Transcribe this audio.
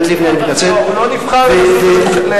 הוא לא נבחר לראשות הממשלה.